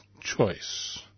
choice